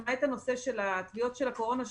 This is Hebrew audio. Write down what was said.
למעט הנושא של תביעות הקורונה,